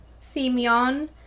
Simeon